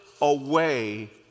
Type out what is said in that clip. away